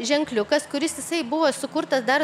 ženkliukas kuris jisai buvo sukurtas dar